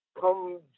come